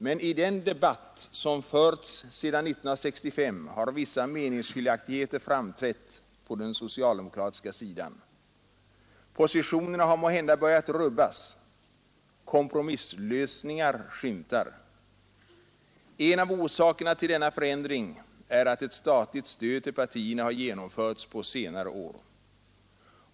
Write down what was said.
Men i den debatt som förts sedan 1965 har vissa meningsskiljaktigheter framträtt på den socialdemokratiska sidan. Positionerna har måhända börjat rubbas, kompromisslösningar skymtar. En av orsakerna till denna förändring är att ett statligt stöd till partierna har genomförts på senare år.